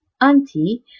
Auntie